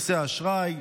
ארי,